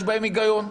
יש בהם היגיון.